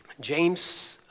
James